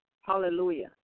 hallelujah